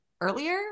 earlier